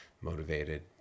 motivated